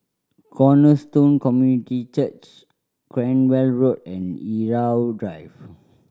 Cornerstone Community Church Cranwell Road and Irau Drive